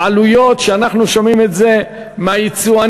אנחנו שומעים את זה מהיצואנים,